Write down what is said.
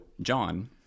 John